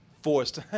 Forced